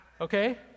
okay